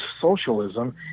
socialism